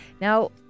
Now